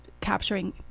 capturing